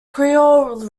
creole